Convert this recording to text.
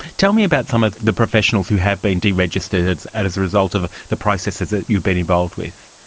tell me about some of the professionals who have been deregistered as a result of the processes that you've been involved with.